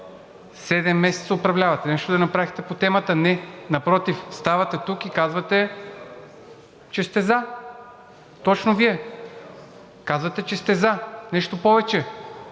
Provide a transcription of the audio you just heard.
месеца – нещо да направихте по темата? Не! Напротив – ставате тук и казвате, че сте за – точно Вие. Казвате, че сте за! Нещо повече